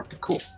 cool